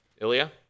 Ilya